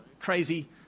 crazy